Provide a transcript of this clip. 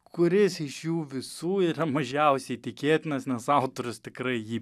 kuris iš jų visų yra mažiausiai tikėtinas nes autorius tikrai jį